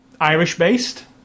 Irish-based